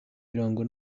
birangwa